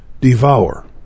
devour